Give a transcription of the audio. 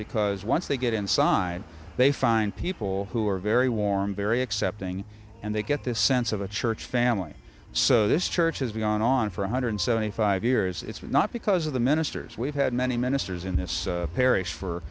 because once they get inside they find people who are very warm very accepting and they get this sense of a church family so this church has been going on for one hundred seventy five years it's not because of the ministers we've had many ministers in this parish for